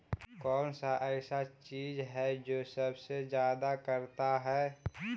कौन सा ऐसा चीज है जो सबसे ज्यादा करता है?